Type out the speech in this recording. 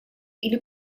или